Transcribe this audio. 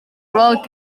gweld